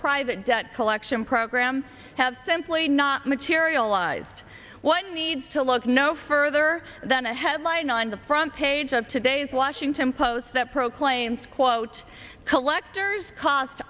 private debt collection program have simply not materialized one needs to look no further than a headline on the front page of today's washington post that proclaims quote collectors c